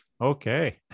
Okay